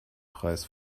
preis